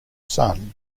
son